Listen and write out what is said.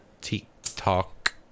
TikTok